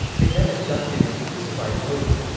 they then abducted and crucified william.